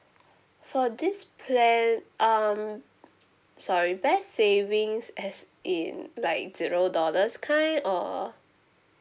for this plan um sorry best savings as in like zero dollars kind or